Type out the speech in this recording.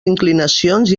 inclinacions